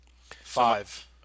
Five